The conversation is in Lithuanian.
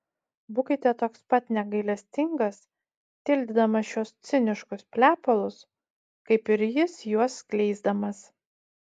būkite toks pat negailestingas tildydamas šiuos ciniškus plepalus kaip ir jis juos skleisdamas